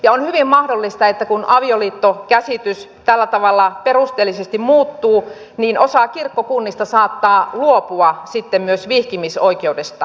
on hyvin mahdollista että kun avioliittokäsitys tällä tavalla perusteellisesti muuttuu niin osa kirkkokunnista saattaa luopua sitten myös vihkimisoikeudesta